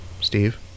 Steve